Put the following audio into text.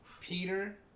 Peter